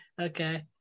Okay